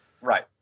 right